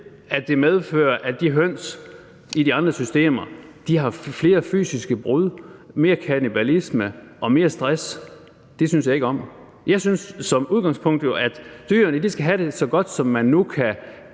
at det medfører, at hønsene i de andre systemer har flere fysiske brud, mere kannibalisme og mere stress. Det synes jeg ikke om. Jeg synes jo som udgangspunkt, at dyrene skal have det så godt, som man nu kan